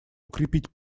укрепить